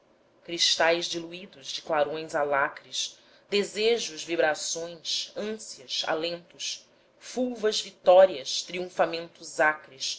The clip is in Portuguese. cristais diluídos de clarões alacres desejos vibrações ânsias alentos fulvas vitórias triunfamentos acres